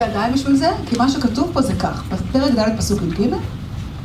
ועדיין בשביל זה, כי מה שכתוב פה זה כך, בספר הגדלת פסוקים קיבל.